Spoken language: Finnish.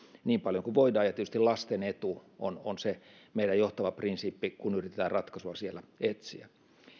niin paljon kuin voidaan ja tietysti lasten etu on on se meidän johtava prinsiippimme kun yritämme ratkaisua sinne etsiä